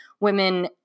women